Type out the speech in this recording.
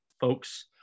folks